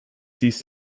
dies